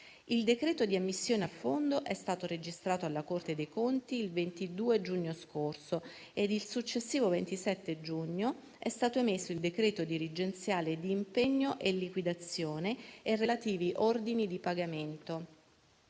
Il decreto di ammissione a fondo è stato registrato alla Corte dei conti il 22 giugno scorso e il successivo 27 giugno sono stati emessi il decreto dirigenziale di impegno e liquidazione e relativi ordini di pagamento.